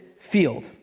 field